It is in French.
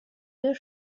deux